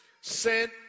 sent